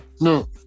No